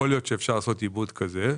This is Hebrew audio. יכול להיות שאפשר לעשות עיבוד כזה,